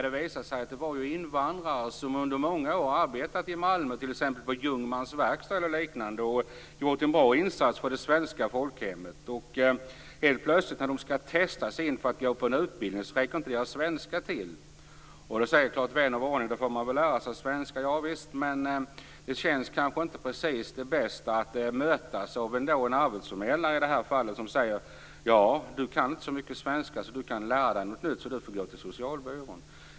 Det visade sig att det fanns invandrare som i många år arbetat i Malmö, t.ex. på Ljungmans verkstad eller liknande, och gjort en bra insats för det svenska folkhemmet. Helt plötsligt när de skall testas in för att gå på en utbildning räcker inte deras svenska till. Då säger så klart vän av ordning: Då får man väl lära sig svenska. Javisst, men det känns kanske inte precis som det bästa att mötas av i det här fallet en arbetsförmedlare som säger: Du kan inte så mycket svenska att du kan lära dig något nytt, så du får gå till socialbyrån.